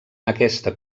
aquesta